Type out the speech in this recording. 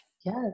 Yes